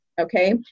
okay